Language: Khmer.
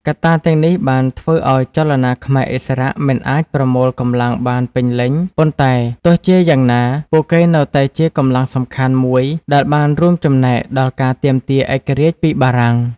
កត្តាទាំងនេះបានធ្វើឱ្យចលនាខ្មែរឥស្សរៈមិនអាចប្រមូលកម្លាំងបានពេញលេញ ប៉ុន្តែទោះជាយ៉ាងណា ពួកគេនៅតែជាកម្លាំងសំខាន់មួយដែលបានរួមចំណែកដល់ការទាមទារឯករាជ្យពីបារាំង។